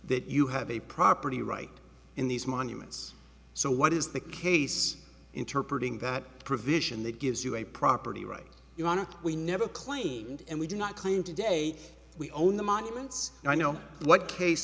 that you have a property right in these monuments so what is the case interpret ing that provision that gives you a property right you are not we never claimed and we do not claim today we own the monuments and i know what case